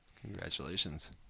Congratulations